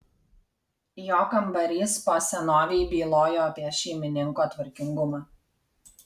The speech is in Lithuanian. jo kambarys po senovei bylojo apie šeimininko tvarkingumą